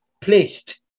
placed